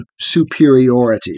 superiority